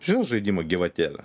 žinot žaidimą gyvatėlė